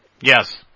Yes